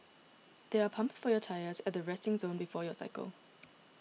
there are pumps for your tyres at the resting zone before you cycle